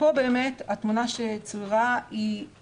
פה באמת התמונה שצוירה לא